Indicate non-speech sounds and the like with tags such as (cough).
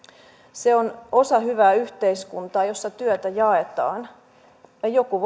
se on osa hyvää yhteiskuntaa jossa työtä jaetaan ja joku (unintelligible)